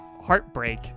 heartbreak